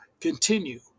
continue